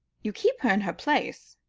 you keep her in her place?